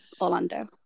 Orlando